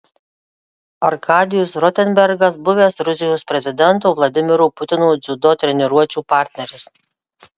arkadijus rotenbergas buvęs rusijos prezidento vladimiro putino dziudo treniruočių partneris